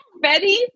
Betty